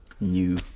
New